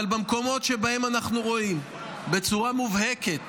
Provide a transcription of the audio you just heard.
אבל במקומות שבהם אנחנו רואים בצורה מובהקת